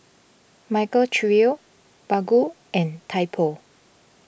Michael Trio Baggu and Typo